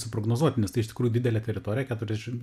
suprognozuot nes tai iš tikrųjų didelė teritorija keturiasdešim